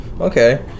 Okay